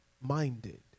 minded